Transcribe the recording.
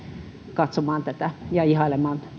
katsomaan ja ihailemaan